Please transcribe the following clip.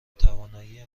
توانایی